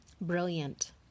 Brilliant